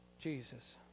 Jesus